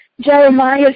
Jeremiah